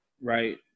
Right